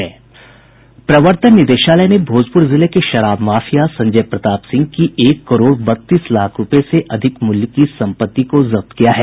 प्रवर्तन निदेशालय ने भोजप्र जिले के शराब माफिया संजय प्रताप सिंह की एक करोड़ बत्तीस लाख रुपये से अधिक मूल्य की संपत्ति को जब्त किया है